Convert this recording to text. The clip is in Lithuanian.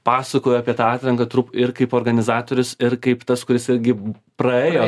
pasakoju apie tą atranką tru ir kaip organizatorius ir kaip tas kuris irgi praėjo